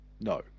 no